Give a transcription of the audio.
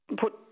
put